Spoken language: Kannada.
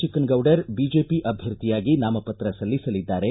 ಚಿಕ್ನನೌಡರ್ ಬಿಜೆಪಿ ಅಭ್ಯರ್ಥಿಯಾಗಿ ನಾಮಪತ್ರ ಸಲ್ಲಿಸಲ್ಲಿದ್ದಾರೆ